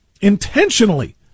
intentionally